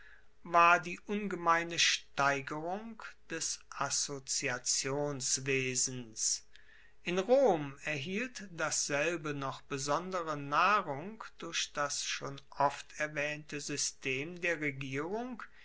war die ungemeine steigerung des assoziationswesens in rom erhielt dasselbe noch besondere nahrung durch das schon oft erwaehnte system der regierung